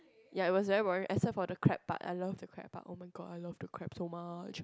ya it was very boring except for the crab part I love the crab part oh my god I love the crab so much